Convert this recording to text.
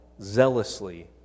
zealously